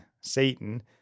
Satan